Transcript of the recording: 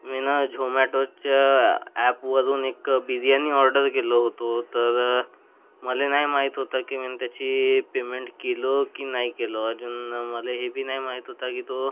मी न झोमॅटोच्या ॲपवरून एक बिर्याणी ऑर्डर केलो होतो तर मला नाही माहीत होतं की मी न त्याची पेमेंट केलो की नाही केलो अजून मला हे बी नाही माहीत होता की तो